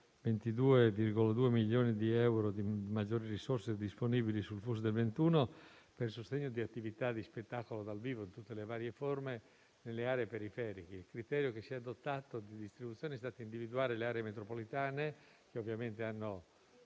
22,2 milioni di euro di maggiori risorse disponibili sul FUS 2021 per sostegno di attività di spettacolo dal vivo, in tutte le varie forme, nelle aree periferiche. È stato adottato un criterio di distribuzione, individuando le aree metropolitane, che ovviamente hanno